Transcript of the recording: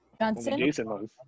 Johnson